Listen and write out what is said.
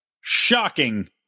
Shocking